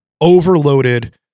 overloaded